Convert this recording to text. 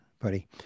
buddy